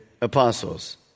apostles